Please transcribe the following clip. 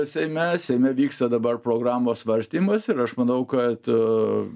seime seime vyksta dabar programos svarstymas ir aš manau kad